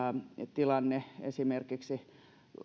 tilanne esimerkiksi